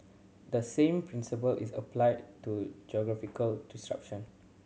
the same principle is applied to geographical distribution